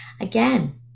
Again